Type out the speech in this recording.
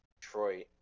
Detroit